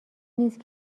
نیست